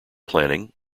planning